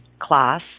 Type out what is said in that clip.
class